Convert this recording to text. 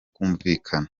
bwumvikane